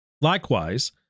Likewise